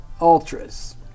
ultras